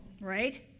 Right